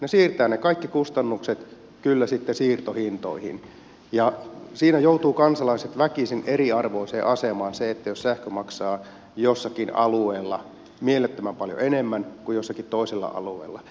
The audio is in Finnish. ne siirtävät ne kaikki kustannukset kyllä sitten siirtohintoihin ja siinä joutuvat kansalaiset väkisin eriarvoiseen asemaan jos sähkö maksaa jollakin alueella mielettömän paljon enemmän kuin jollakin toisella alueella